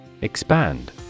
Expand